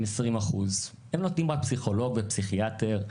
20%. הם נותנים רק פסיכולוג ופסיכיאטר.